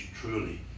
truly